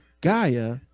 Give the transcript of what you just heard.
Gaia